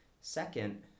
Second